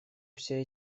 все